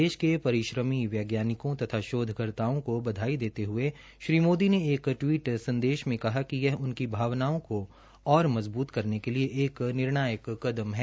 देश के परीश्रमी वैज्ञानिकों तथा शौधकर्ताओं को बधाई देते हये श्री मोदी ने एक टवीट संदेश में कहा कि यह उनकी भावनाओं को और मजबूत करने के लिए एक निर्णयात्मक कदम है